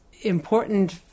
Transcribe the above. important